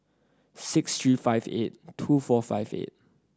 six three five eight two four five eight